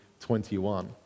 21